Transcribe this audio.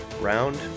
Round